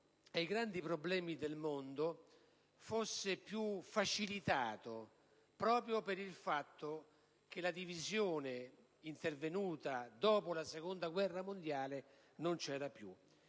ai grandi problemi del mondo fosse reso più semplice proprio dal fatto che la divisione intervenuta dopo la Seconda guerra mondiale non c'era più.